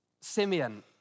Simeon